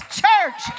church